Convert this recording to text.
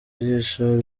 jisho